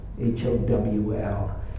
H-O-W-L